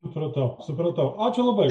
supratau supratau ačiū labai